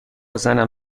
زنم